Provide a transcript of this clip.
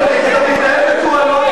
אתה גנבת הצבעה.